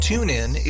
TuneIn